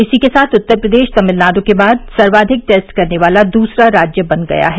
इसी के साथ उत्तर प्रदेश तमिलनाडु के बाद सर्वाधिक टेस्ट करने वाला दूसरा राज्य बन गया है